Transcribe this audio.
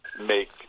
make